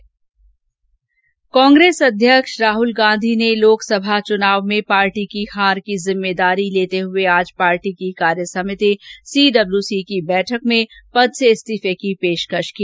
दूसरी ओर कांग्रेस अध्यक्ष राहुल गांधी ने लोकसभा चुनाव में पार्टी की हार की जिम्मेदारी लेते हुए आज पार्टी की कार्यसमिति सीडब्ल्यूसी की बैठक में पद से इस्तीफे की पेशकश की